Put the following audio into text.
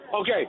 Okay